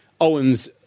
Owens